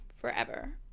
forever